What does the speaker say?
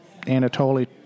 Anatoly